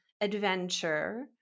adventure